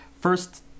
first